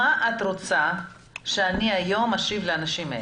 מה את רוצה שאני היום אשיב לאנשים האלה?